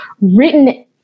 written